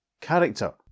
character